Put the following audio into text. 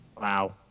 Wow